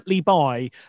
buy